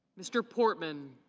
mr. portman.